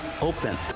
open